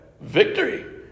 Victory